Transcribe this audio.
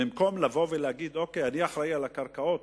במקום להגיד: אני אחראי על הקרקעות,